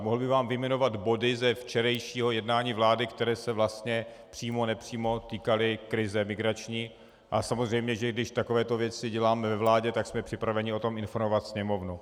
Mohl bych vám vyjmenovat body ze včerejšího jednání vlády, které se vlastně přímo nepřímo týkaly migrační krize, a samozřejmě, že když takovéto věci děláme ve vládě, tak jsme připraveni o tom informovat Sněmovnu.